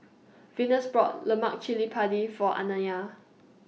Venus brought Lemak Cili Padi For Anaya